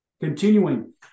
Continuing